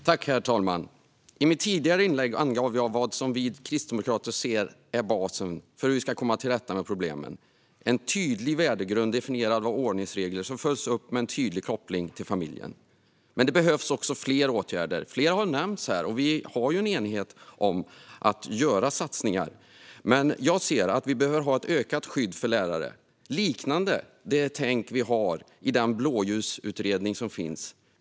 Herr talman! I mitt tidigare anförande angav jag vad vi kristdemokrater ser som basen för att komma till rätta med problemen: en tydlig värdegrund definierad av ordningsregler som följs upp med en tydlig koppling till familjen. Men det behövs fler åtgärder. Flera har nämnts här. Och vi är eniga om att göra satsningar. Men jag ser att det behövs ett ökat skydd för lärare, liknande det tänk som finns i Blåljusutredningen.